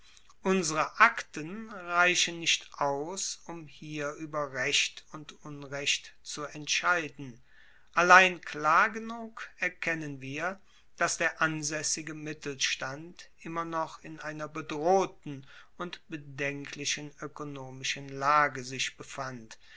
unsere akten reichen nicht aus um hier ueber recht und unrecht zu entscheiden allein klar genug erkennen wir dass der ansaessige mittelstand immer noch in einer bedrohten und bedenklichen oekonomischen lage sich befand